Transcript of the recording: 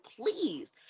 please